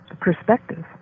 perspective